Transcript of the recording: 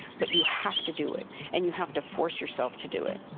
but you have to do it and you have to force yourself to do it